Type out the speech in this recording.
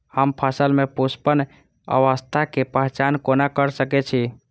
हम फसल में पुष्पन अवस्था के पहचान कोना कर सके छी?